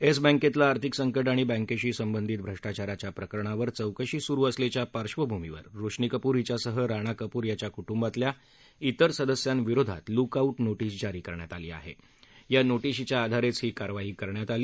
S बैंक्तलं आर्थिक संकट आणि बैंक्ष्णी संबंधित भ्रष्टाचाराच्या प्रकरणावर चौकशी सुरू असल्याच्या पार्क्षभूमीवर रोशनी कपूर हिच्यासह राणा कपूर याच्या कुटुंबातल्या इतर सदस्यांविरोधात लूक आऊट नोटीस जारी करण्यात आली आह या नोटीशीच्या आधार ही कारवाई करण्यात आली